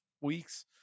weeks